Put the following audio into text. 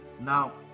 Now